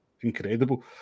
incredible